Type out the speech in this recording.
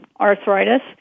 arthritis